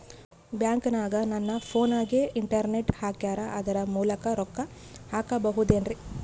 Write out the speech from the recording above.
ಬ್ಯಾಂಕನಗ ನನ್ನ ಫೋನಗೆ ಇಂಟರ್ನೆಟ್ ಹಾಕ್ಯಾರ ಅದರ ಮೂಲಕ ರೊಕ್ಕ ಹಾಕಬಹುದೇನ್ರಿ?